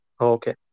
Okay